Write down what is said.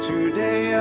Today